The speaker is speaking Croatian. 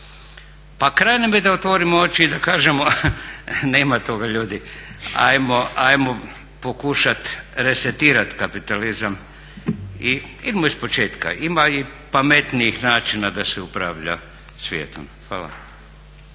Pa kraj nam je da otvorimo oči i da kažemo nema toga ljudi, ajmo pokušat resetirat kapitalizam i idemo ispočetka. Ima i pametnijih načina da se upravlja svijetom. Hvala.